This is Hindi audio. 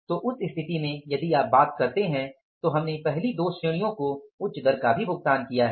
तो उस स्थिति में यदि आप बात करते हैं तो हमने पहले दो श्रेणियों को उच्च दर का भी भुगतान किया है